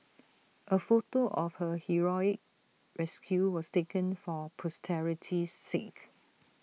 A photo of her heroic rescue was taken for posterity's sake